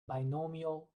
binomial